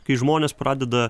kai žmonės pradeda